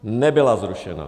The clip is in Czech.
Nebyla zrušena.